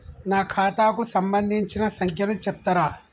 నా ఖాతా కు సంబంధించిన సంఖ్య ను చెప్తరా?